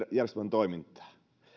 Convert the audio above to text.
toimintaan